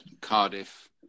Cardiff